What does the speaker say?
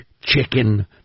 chicken